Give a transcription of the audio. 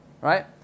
right